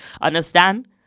Understand